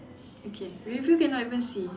okay rear view cannot even see